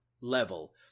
level